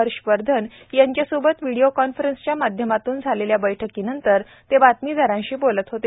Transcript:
हर्षवर्धन यांच्यासोबत व्हिडिओ कॉन्फरन्सच्या माध्यमातून झालेल्या बैठकीनंतर ते बातमीदारांशी बोलत होते